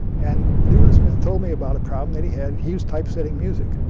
and leland smith told me about a problem that he had. he was typesetting music.